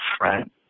right